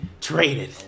traded